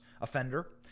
offender